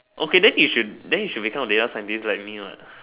okay then you should then you should become a data scientist like me what